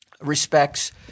respects